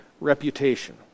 reputation